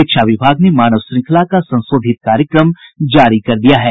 शिक्षा विभाग ने मानव श्रंखला का संशोधित कार्यक्रम जारी कर दिया है